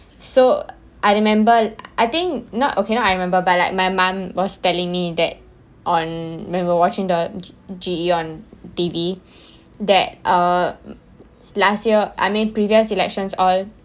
so I remember I think not okay not I remember but like my mum was telling me that on when we're watching the G_E on T_V that uh last year I mean previous elections all